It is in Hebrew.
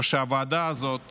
והוועדה הזאת